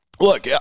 look